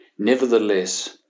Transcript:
Nevertheless